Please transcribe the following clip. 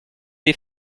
les